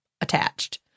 attached